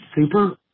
super